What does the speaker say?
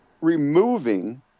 removing